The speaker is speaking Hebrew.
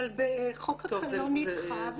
אבל חוק הקלון נדחה וכו'.